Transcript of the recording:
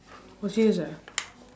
oh serious ah